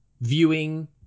viewing